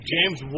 James